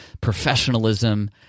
professionalism